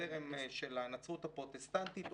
זרם של הנצרות הפרוטסטנטית,